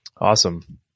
Awesome